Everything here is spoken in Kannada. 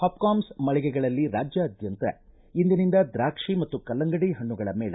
ಹಾಪ್ಕಾಮ್ಸ್ ಮಳಿಗೆಗಳಲ್ಲಿ ರಾಜ್ಯಾದ್ಯಂತ ಇಂದಿನಿಂದ ದ್ರಾಕ್ಷಿ ಮತ್ತು ಕಲ್ಲಂಗಡಿ ಹಣ್ಣುಗಳ ಮೇಳ